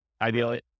Ideally